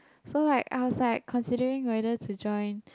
so like I was like considering whether to join